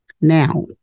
Now